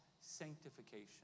sanctification